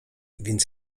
więc